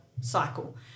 cycle